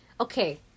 okay